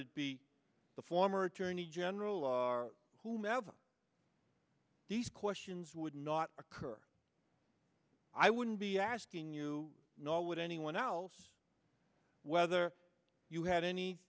it be the former attorney general of our whomever these questions would not occur i wouldn't be asking you nor would anyone else whether you had any